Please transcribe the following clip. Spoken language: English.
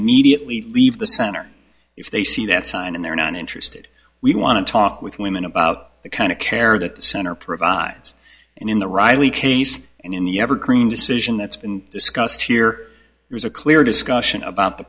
immediately leave the center if they see that sign and they're not interested we want to talk with women about the kind of care that the center provides and in the riley case and in the evergreen decision that's been discussed here there's a clear discussion about the